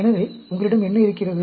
எனவே உங்களிடம் என்ன இருக்கிறது